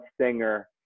stinger